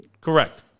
Correct